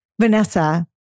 Vanessa